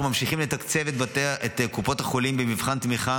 אנחנו ממשיכים לתקצב את קופות החולים במבחן תמיכה